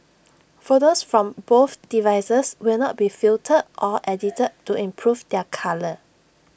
photos from both devices will not be filtered or edited to improve their colour